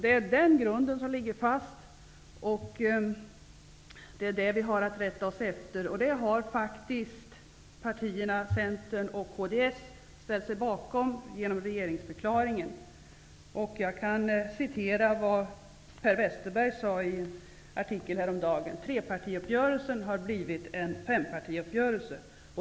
Det är den grunden som ligger fast, och det är det som vi har att rätta oss efter. Det har Centern och kds faktiskt ställt sig bakom genom regeringsförklaringen. Jag kan referera vad Per Westerberg sade i en artikel häromdagen. Han sade: Trepartiuppgörelsen har blivit en fempartiuppgörelse.